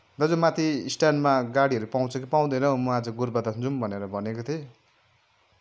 दाजु माथि स्ट्यान्डमा गाडीहरू पाउँछ कि पाउँदैन हौ म आज गोरुबथान जाउँ भनेर भनेको थिएँ